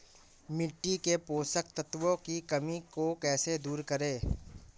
मिट्टी के पोषक तत्वों की कमी को कैसे दूर करें?